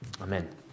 Amen